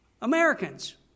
Americans